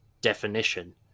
definition